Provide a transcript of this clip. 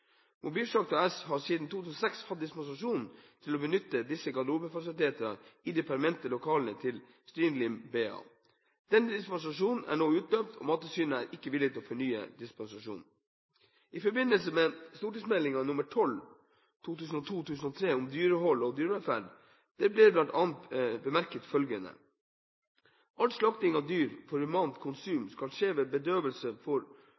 har siden 2006 hatt dispensasjon til å benytte disse garderobefasilitetene i de permanente lokalene til Strilalam BA. Denne dispensasjonen er nå utløpt, og Mattilsynet er ikke villig til å fornye dispensasjonen. I forbindelse med St.meld. nr. 12 for 2002–2003, Om dyrehold og dyrevelferd, ble det bl.a. bemerket følgende: «All slakting av dyr for humant